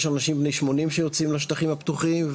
יש שם אנשים בני 80 שיוצאים לשטחים הפתוחים,